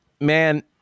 Man